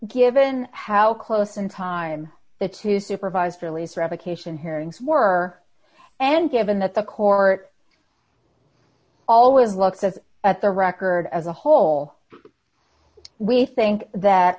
given how close in time the two supervised release revocation hearings were and given that the court always looks as at the record as a whole we think that